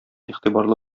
игътибарлы